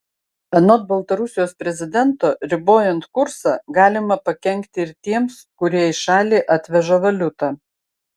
anot baltarusijos prezidento ribojant kursą galima pakenkti ir tiems kurie į šalį atveža valiutą